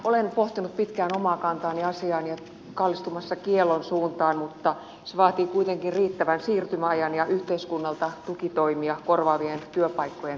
olen pohtinut pitkään omaa kantaani asiaan ja kallistumassa kiellon suuntaan mutta se vaatii kuitenkin riittävän siirtymäajan ja yhteiskunnalta tukitoimia korvaavien työpaikkojen luomiseksi